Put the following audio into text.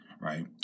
right